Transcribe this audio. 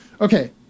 Okay